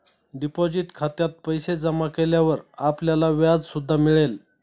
deposit खात्यात पैसे जमा केल्यावर आपल्याला व्याज सुद्धा मिळेल